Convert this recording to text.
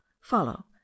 follow